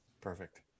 Perfect